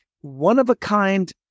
one-of-a-kind